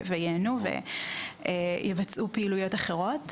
ייהנו ויבצעו פעילויות אחרות.